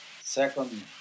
second